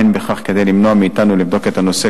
אין בכך כדי למנוע מאתנו לבדוק את הנושא,